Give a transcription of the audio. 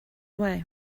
way